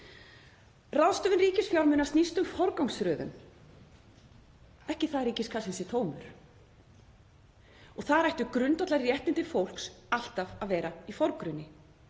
Ráðstöfun ríkisfjármuna snýst um forgangsröðun, ekki það að ríkiskassinn sé tómur. Þar ættu grundvallarréttindi fólks alltaf að vera í forgrunni.